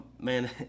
man